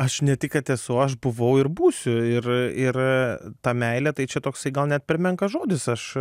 aš ne tik kad esu aš buvau ir būsiu ir ir ta meilė tai čia toksai gal net per menkas žodis aš